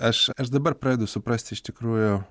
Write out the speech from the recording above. aš aš dabar pradedu suprast iš tikrųjų